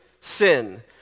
sin